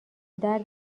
درد